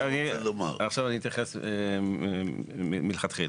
עכשיו אני אתייחס למה שרציתי להתייחס מלכתחילה.